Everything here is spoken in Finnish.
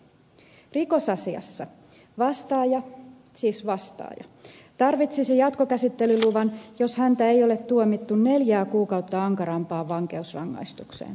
rikosasiassa vastaaja siis vastaaja tarvitsisi jatkokäsittelyluvan jos häntä ei ole tuomittu neljää kuukautta ankarampaan vankeusrangaistukseen